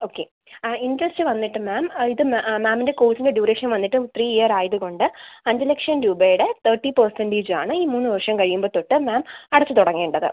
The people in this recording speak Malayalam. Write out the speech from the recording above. ഓക്കെ ആ ഇൻ്ററസ്റ്റ് വന്നിട്ട് മാം ഇത് മാമിൻ്റെ കോഴ്സിൻ്റെ ഡ്യൂറേഷൻ വന്നിട്ട് ത്രീ ഇയർ ആയത് കൊണ്ട് അഞ്ച് ലക്ഷം രൂപയുടെ തെർട്ടി പെർസെൻറ്റേജ് ആണ് ഈ മൂന്ന് വർഷം കഴിയുമ്പോൾ തൊട്ട് മാം അടച്ച് തുടങ്ങേണ്ടത്